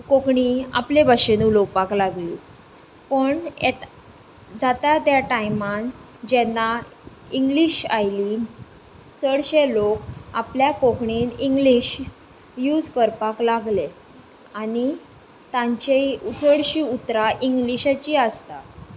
कोंकणी आपले भाशेन उलोवपाक लागली पण जाता त्या टायमान जेन्ना इंग्लीश आयली चडशे लोक आपल्या कोंकणींत इंग्लीश यूज करपाक लागले आनी तांचीं चडशीं उतरां इंग्लिशेचीं आसता